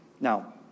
Now